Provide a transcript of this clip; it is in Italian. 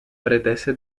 pretese